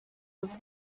was